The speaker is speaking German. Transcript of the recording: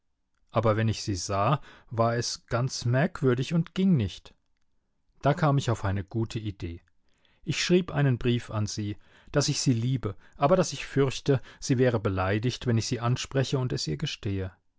aber wenn ich sie sah war es ganz merkwürdig und ging nicht da kam ich auf eine gute idee ich schrieb einen brief an sie daß ich sie liebe aber daß ich fürchte sie wäre beleidigt wenn ich sie anspreche und es ihr gestehe